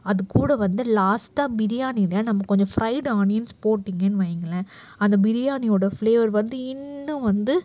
அதுக்கூட வந்து லாஸ்டாக பிரியாணியில் நம்ம கொஞ்சம் ஃப்ரைடு ஆனியன்ஸ் போட்டிங்கன்னு வையுங்களேன் அந்த பிரியாணியோட ஃப்ளேவர் வந்து இன்னும் வந்து